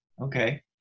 Okay